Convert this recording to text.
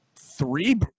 three